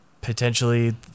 potentially